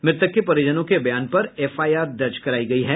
मृतक के परिजनों के बयान पर एफआईआर दर्ज करायी गयी है